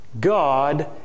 God